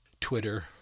Twitter